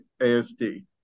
ASD